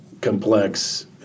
complex